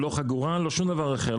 לא חגורה ולא שום דבר אחר,